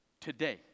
Today